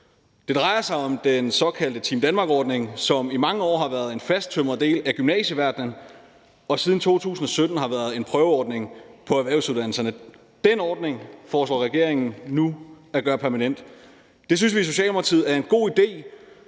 Det drejer sig om den såkaldte Team Danmark-ordning, som i mange år har været en fasttømret del af gymnasieverdenen og siden 2017 har været en prøveordning på erhvervsuddannelserne. Den ordning foreslår regeringen nu at gøre permanent. Det synes vi i Socialdemokratiet er en god idé,